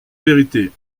vérité